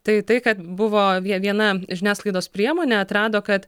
tai tai kad buvo viena žiniasklaidos priemonė atrado kad